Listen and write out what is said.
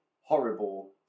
horrible